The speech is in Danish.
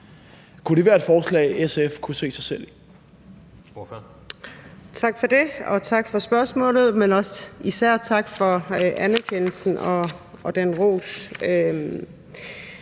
Kunne det være et forslag, som SF kunne se sig selv i?